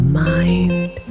mind